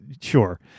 sure